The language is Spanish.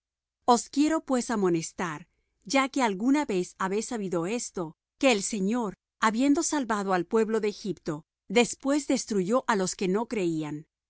os quiero pues amonestar ya que alguna vez habéis sabido esto que el señor habiendo salvado al pueblo de egipto después destruyó á los que no creían